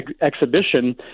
exhibition